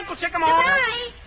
Goodbye